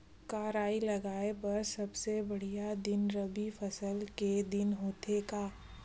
का राई लगाय बर सबले बढ़िया दिन रबी फसल के दिन होथे का?